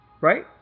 right